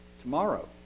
tomorrow